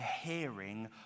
hearing